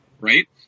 right